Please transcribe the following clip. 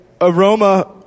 aroma